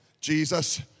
Jesus